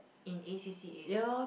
in A_C_C_A